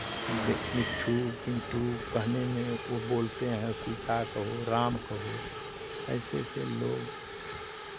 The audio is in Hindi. दे मिट्ठू पिंटू कहने में वो बोलते हैं सीता कहो राम कहो ऐसे ऐसे लोग